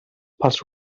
pels